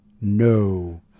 No